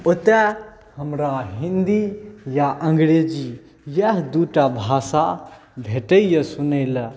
ओतऽ हमरा हिन्दी या अङ्गरेजी इएह दुइटा भाषा भेटैए सुनैलए